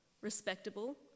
respectable